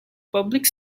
public